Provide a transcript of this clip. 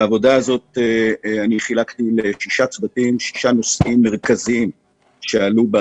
בעבודה הזאת התחלקנו לשישה צוותים שדנו בשישה נושאים מרכזיים שעלו.